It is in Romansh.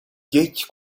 detg